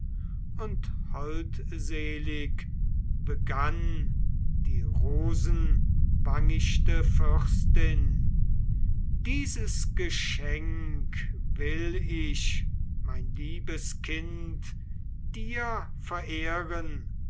und holdselig begann die rosenwangichte fürstin dieses geschenk will ich mein liebes kind dir verehren